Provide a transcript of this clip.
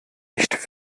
nicht